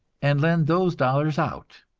and lend those dollars out.